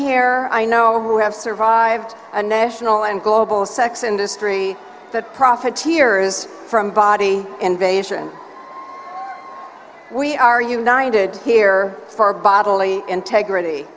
here i know who have survived a national and global sex industry that profiteers from body invasion we are united here for bodily integrity